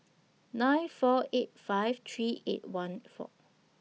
nine four eight five three eight one four